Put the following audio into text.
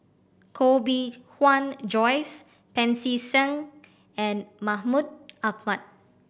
Koh Bee Tuan Joyce Pancy Seng and Mahmud Ahmad